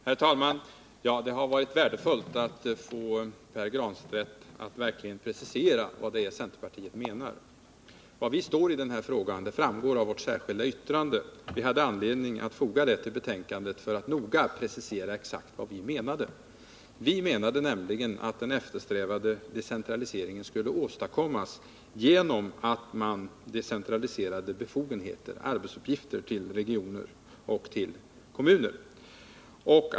Herr talman! Det har varit värdefullt att få Pär Granstedt att verkligen precisera vad centerpartiet menar. Var vi står i den här frågan framgår av vårt särskilda yttrande. Vi hade anledning att foga det till betänkandet för att ange exakt vad vi menade. Vi menade nämligen att den eftersträvade decentraliseringen skulle åstadkommas genom att man decentraliserade befogenheter, arbetsuppgifter, till regioner och kommuner.